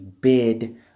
bid